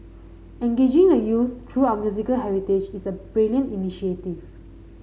engaging the youth through our musical heritage is a brilliant initiative